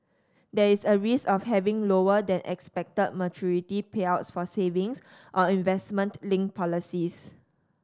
there is a risk of having lower than expected maturity payouts for savings or investment linked policies